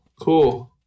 cool